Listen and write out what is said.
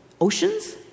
oceans